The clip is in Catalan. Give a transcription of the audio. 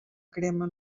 crema